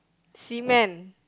cement